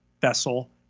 vessel